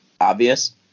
obvious